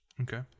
Okay